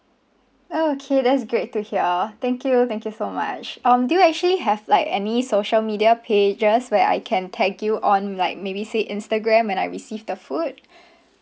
orh okay that's great to hear thank you thank you so much um do you actually have like any social media pages where I can tag you on like maybe say instagram when I receive the food